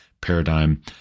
paradigm